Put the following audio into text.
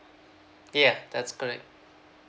yeuh that's correct